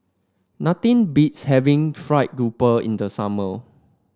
nothing beats having fried grouper in the summer